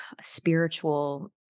spiritual